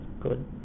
Good